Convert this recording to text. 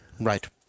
Right